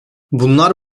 bunlar